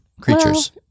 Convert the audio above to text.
creatures